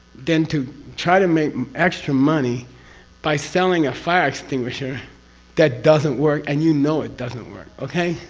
then to try to make extra money by selling a fire extinguisher that doesn't work, and you know it doesn't work. okay?